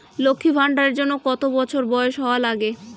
লক্ষী ভান্ডার এর জন্যে কতো বছর বয়স হওয়া লাগে?